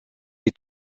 est